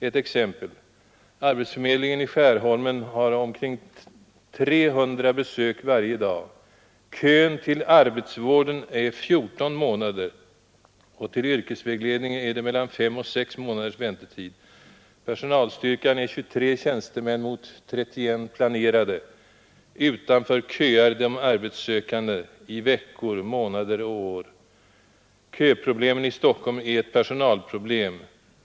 Ett exempel: Arbetsförmedlingen i Skärholmen har omkring 300 besök varje dag. Kön till arbetsvården är 14 månader och till yrkesvägledningen är det mellan fem och sex månaders väntetid. Personalstyrkan är kande. I 23 tjänstemän mot 31 planerade. Utanför köar de arbetss veckor, månader och år. Köproblemen i Stockholm är ett personalproblem.